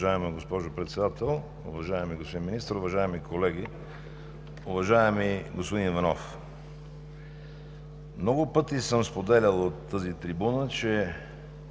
Много пъти съм споделял от тази трибуна, че